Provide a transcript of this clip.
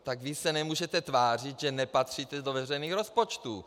Tak se nemůžete tvářit, že nepatříte do veřejných rozpočtů.